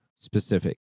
specific